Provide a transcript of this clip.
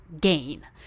gain